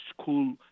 school